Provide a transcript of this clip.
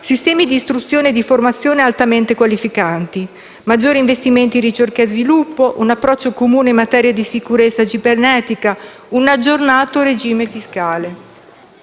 sistemi di istruzione e di formazione altamente qualificanti; maggiori investimenti in ricerca e sviluppo; un approccio comune in materia di sicurezza cibernetica e un aggiornato regime fiscale.